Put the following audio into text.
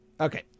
Okay